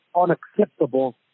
unacceptable